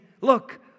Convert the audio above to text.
look